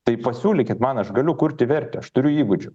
tai pasiūlykit man aš galiu kurti vertę aš turiu įgūdžių